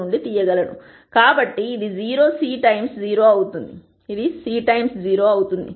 కాబట్టి ఇది 0 C times 0 అవుతుంది